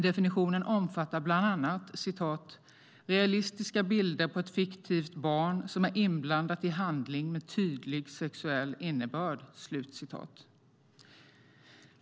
Definitionen omfattar bland annat "realistiska bilder på ett fiktivt barn som är inblandat i handling med tydlig sexuell innebörd".